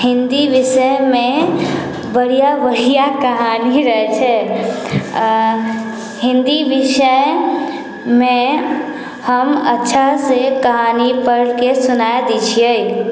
हिन्दी विषयमे बढ़िआँ बढ़िआँ कहानी रहैत छै हिन्दी विषयमे हम अच्छासँ कहानी पढ़िके सुना दैत छिऐ